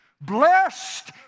Blessed